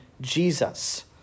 Jesus